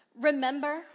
Remember